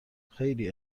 خیلی